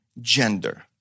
gender